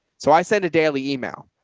so i send a daily email.